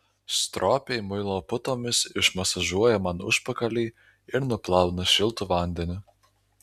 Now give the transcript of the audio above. stropiai muilo putomis išmasažuoja man užpakalį ir nuplauna šiltu vandeniu